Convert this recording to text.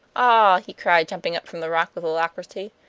ah, he cried, jumping up from the rock with alacrity,